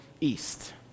east